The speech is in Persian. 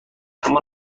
اما